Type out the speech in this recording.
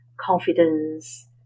confidence